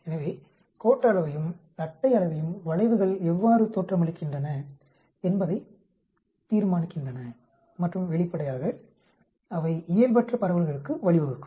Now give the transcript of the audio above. எனவே கோட்ட அளவையும் தட்டை அளவையும் வளைவுகள் எவ்வாறு தோற்றமளிக்கின்றன என்பதை தீர்மானிக்கின்றன மற்றும் வெளிப்படையாக அவை இயல்பற்ற பரவல்களுக்கு வழிவகுக்கும்